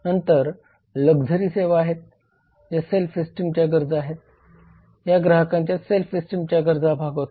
नंतर लक्झरी सेवा आहेत ज्या सेल्फ इस्टिम गरजा आहेत या ग्राहकांच्या सेल्फ इस्टिमच्या गरजा भागवतात